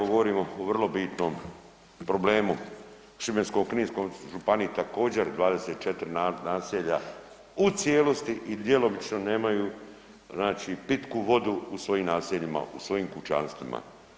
Govorimo o vrlo bitnom problemu u Šibensko-kninskoj županiji također 24 naselja u cijelosti i djelomično nemaju pitku vodu u svojim naseljima u svojim kućanstvima.